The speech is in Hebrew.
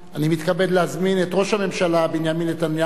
אני מתכבד להזמין את ראש הממשלה בנימין נתניהו